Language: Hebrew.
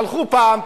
הלכו פעם,